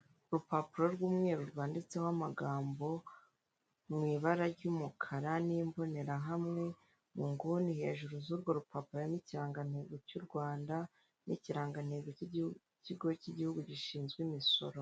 Urupapuro rw'umweru rwanditseho amagambo, mu ibara ry'umukara n'imbonerahamwe, mu nguni hejuru z' urwo rupapuro n'ikirangantego cy'u Rwanda n'ikirangantego cy'ikigo cy' igihugu gishinzwe imisoro.